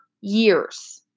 years